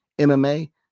MMA